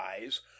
eyes